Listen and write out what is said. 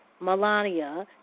Melania